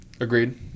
Agreed